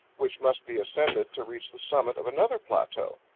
which must be ascended to reach the summit of another plateau.